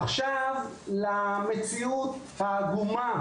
עכשיו למציאות העגומה,